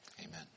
Amen